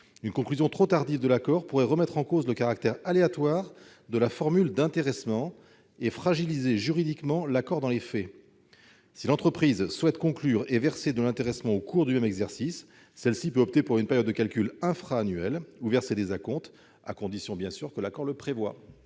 Une conclusion trop tardive de l'accord pourrait remettre en cause le caractère aléatoire de la formule d'intéressement et fragiliser juridiquement l'accord dans les faits. Si l'entreprise souhaite conclure un accord et verser de l'intéressement au cours du même exercice, elle peut opter pour une période de calcul infra-annuelle, ou verser des acomptes, à condition que l'accord le prévoie.